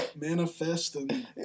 manifesting